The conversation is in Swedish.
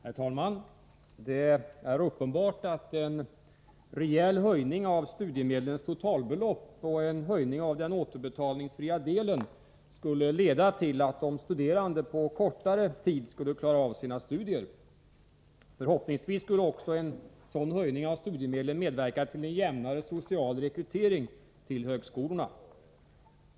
Herr talman! Det är uppenbart att en rejäl höjning av studiemedlens totalbelopp och en höjning av den återbetalningsfria delen skulle leda till att de studerande på kortare tid skulle klara av sina studier. Förhoppningsvis skulle också en sådan höjning av studiemedlen medverka till en jämnare social rekrytering till högskolorna.